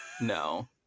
No